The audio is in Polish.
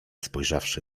spojrzawszy